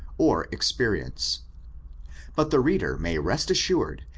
or experience but the reader may rest assured,